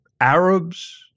Arabs